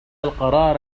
القرار